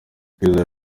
kwizera